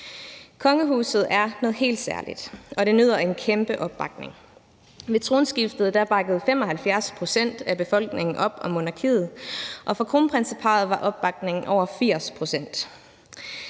Kongehuset er noget helt særligt, og det nyder en kæmpe opbakning. Ved tronskiftet bakkede 75 pct. af befolkningen op om monarkiet, og for kronprinseparret var opbakningen over 80 pct.